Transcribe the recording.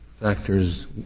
factors